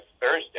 Thursday